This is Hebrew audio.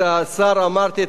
את השר אמרתי,